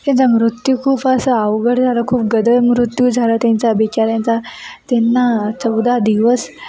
त्यांचा मृत्यू खूप असं अवघड झालं खूप गदळ मृत्यू झाला त्यांचा बिचाऱ्यांचा त्यांना चौदा दिवस